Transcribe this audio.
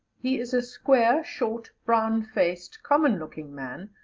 he is a square, short, brown-faced, common looking man,